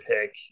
pick